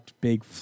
big